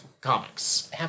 comics